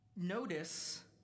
Notice